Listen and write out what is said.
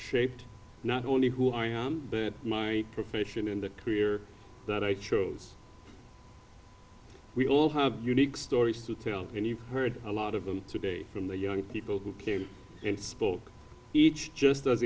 shaped not only who i am my profession and the career that i chose we all have unique stories to tell and you heard a lot of them today from the young people who came and spoke each just as